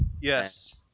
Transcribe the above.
Yes